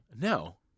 No